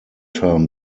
term